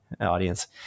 audience